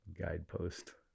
guidepost